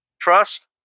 Trust